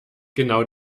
genau